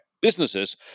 businesses